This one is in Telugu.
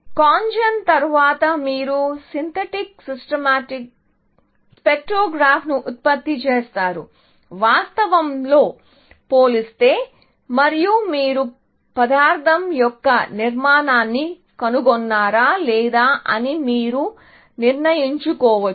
CONGEN తరువాత మీరు సింథటిక్ స్పెక్ట్రోగ్రామ్ను ఉత్పత్తి చేస్తారు వాస్తవంతో పోలిస్తే మరియు మీరు పదార్థం యొక్క నిర్మాణాన్ని కనుగొన్నారా లేదా అని మీరు నిర్ణయించుకోవచ్చు